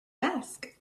ask